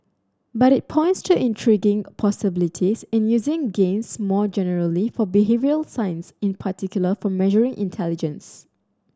but it points to intriguing possibilities in using games more generally for behavioural science in particular for measuring intelligence